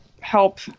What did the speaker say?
help